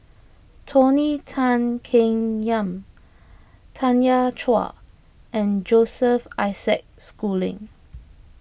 Tony Tan Keng Yam Tanya Chua and Joseph Isaac Schooling